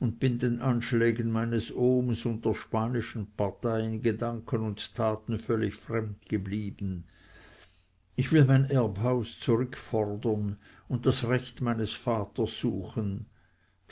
und bin den anschlägen meines ohms und der spanischen partei in gedanken und taten völlig fremd geblieben ich will mein erbhaus zurückfordern und das recht meines vaters suchen